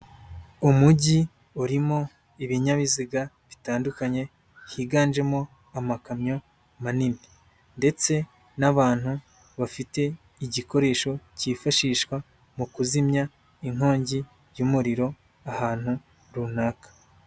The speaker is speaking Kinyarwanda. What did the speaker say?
Umujyi urimo ibinyabiziga bitandukanye, higanjemo amakamyo manini ndetse n'abantu bafite igikoresho cyifashishwa mu kuzimya inkongi y'umuriro ahantu runaka.